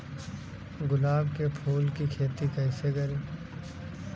गुलाब के फूल की खेती कैसे करें?